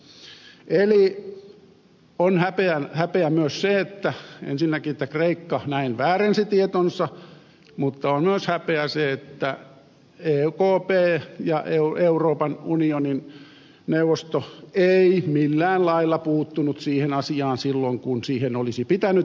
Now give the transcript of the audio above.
eli on häpeä myös ensinnäkin se että kreikka näin väärensi tietonsa mutta on myös häpeä se että ekp ja euroopan unionin neuvosto eivät millään lailla puuttuneet siihen asiaan silloin kun siihen olisi pitänyt puuttua